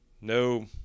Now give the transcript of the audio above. No